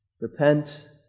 repent